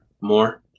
more